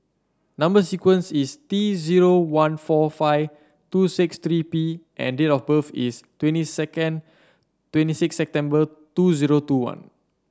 number sequence is T zero one four five two six three P and date of birth is twenty second twenty six September two zero two one